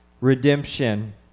redemption